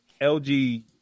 LG